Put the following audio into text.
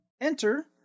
enter